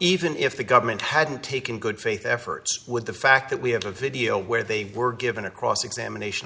even if the government hadn't taken good faith efforts would the fact that we have a video where they were given a cross examination